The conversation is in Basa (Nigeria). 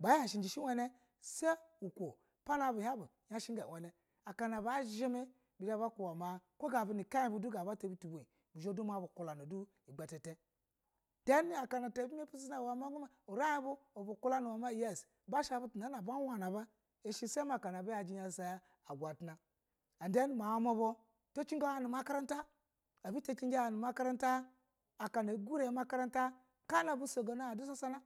bayashe jishiji uulana sa uko pana bu hin bu ya shi ga uulani akana bu zhimi oko gabu ata butu buyi bizha du ma bu kulana ya igbe tata dan a kana aba kuba ba ma urin bu ya ulana ba sai akana abu yaji yasa agutana a then akana mua mubu taciko ga nu makaranta abutacin ci a nu makaranta kana bisongona adu sasana.